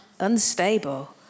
unstable